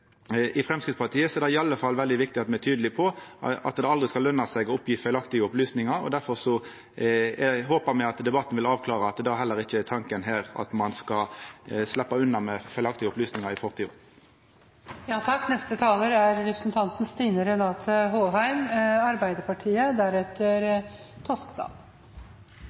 i Framstegspartiet er det i alle fall veldig viktig at me er tydelege på at det aldri skal løna seg å oppgje feilaktige opplysningar. Difor håper me at debatten vil avklara at det heller ikkje er tanken her at ein skal sleppa unna med feilaktige opplysningar i fortida. Jeg må først begynne med å si at det at asylsøkere oppgir korrekt identitet, er